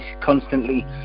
constantly